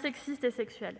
sexistes et sexuelles.